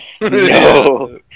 no